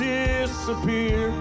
disappear